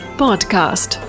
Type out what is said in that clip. podcast